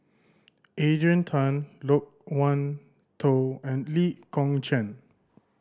Adrian Tan Loke Wan Tho and Lee Kong Chian